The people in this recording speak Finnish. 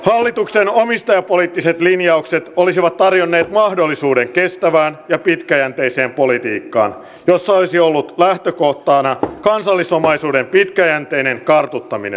hallituksen omistajapoliittiset linjaukset olisivat tarjonneet mahdollisuuden kestävään ja pitkäjänteiseen politiikkaan jossa olisi ollut lähtökohtana kansallisomaisuuden pitkäjänteinen kartuttaminen